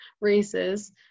races